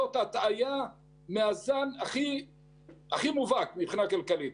זו הטעיה מהזן הכי מובהק מבחינה כלכלית.